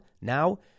Now